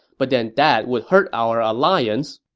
but then that would hurt our alliance.